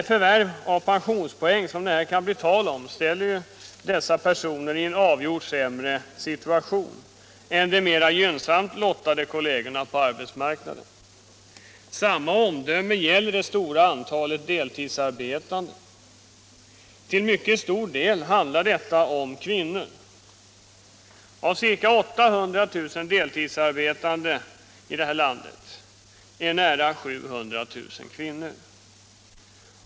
Det förvärv av pensionspoäng som det här kan bli tal om ställer dessa personer i en avgjort sämre situation än de mera gynnsamt lottade kollegerna på arbetsmarknaden. Samma omdöme gäller det stora antalet deltidsarbetande. Till mycket stor del handlar det om kvinnor. Av ca — Nr 77 800 000 deltidsarbetande är nära 700 000 kvinnor.